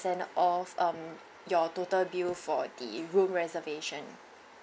off um your total bill for the room reservation